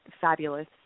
fabulous